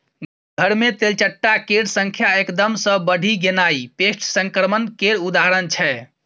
घर मे तेलचट्टा केर संख्या एकदम सँ बढ़ि गेनाइ पेस्ट संक्रमण केर उदाहरण छै